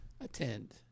attend